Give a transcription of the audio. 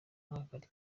ntakarye